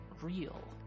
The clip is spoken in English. real